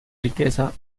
riqueza